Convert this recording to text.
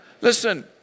Listen